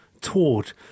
taught